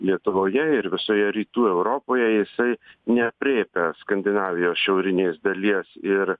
lietuvoje ir visoje rytų europoje jisai neaprėpia skandinavijos šiaurinės dalies ir